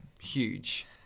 Huge